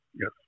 Yes